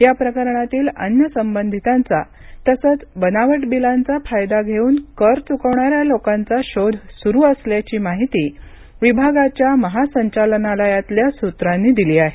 या प्रकरणातील अन्य संबंधितांचा तसंच बनावट बिलांचा फायदा घेऊन कर चुकवणाऱ्या लोकांचा शोध सुरू असल्याची माहिती विभागाच्या महासंचालनालयातल्या सूत्रांनी दिली आहे